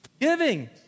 giving